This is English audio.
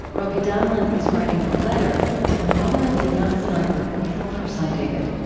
robi damelin is writing a letter to the mother of the young sniper who killed her son david